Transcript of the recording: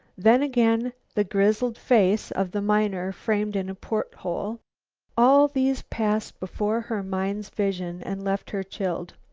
then again the grizzled face of the miner framed in a port-hole all these passed before her mind's vision and left her chilled.